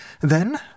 Then